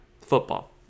football